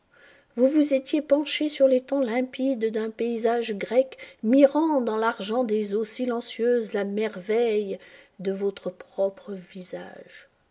vous vous étiez penché sur l'étang limpide d'un paysage grec mirant dans l'argent des eaux silencieuses la merveille de votre propre visage